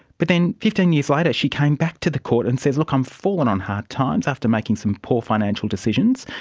but then fifteen years later she came back to the court and said, look, i've um fallen on hard times after making some poor financial decisions.